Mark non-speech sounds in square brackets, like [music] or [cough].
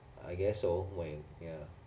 I guess so [noise] ya